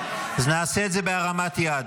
אז נעשה את זה בהרמת יד,